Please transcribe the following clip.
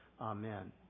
Amen